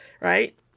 right